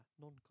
non